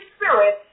Spirit